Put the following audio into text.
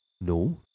No